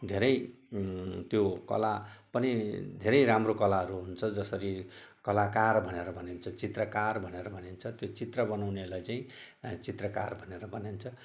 धेरै त्यो कला पनि धेरै राम्रो कलाहरू हुन्छ जसरी कलाकार भनेर भनिन्छ चित्रकार भनेर भनिन्छ त्यो चित्र बनाउनेलाई चाहिँ चित्रकार भनेर भनिन्छ